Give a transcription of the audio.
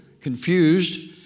confused